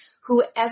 Whoever